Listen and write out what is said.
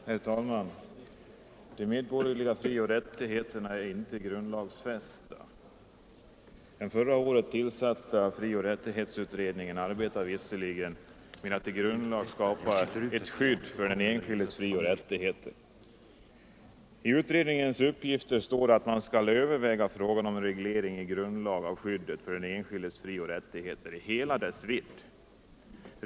Herr talman! De medborgerliga frioch rättigheterna är inte grundlagsfästa. Den förra året tillsatta frioch rättighetsutredningen arbetar visserligen med att i grundlag skapa ett skydd för den enskildes frioch rättigheter. I utredningens direktiv framhålls att den skall överväga frågan om reglering i lag av skyddet för den enskildes frioch rättigheter i hela dess vidd.